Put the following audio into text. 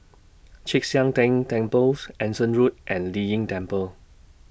Chek Sian Tng Temples Anson Road and Lei Yin Temple